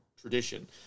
tradition